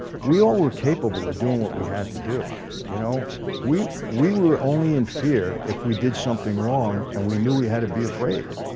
we all were capable of ah doing what we had to do you know we we were only in fear if we did something wrong, and we knew we had to be afraid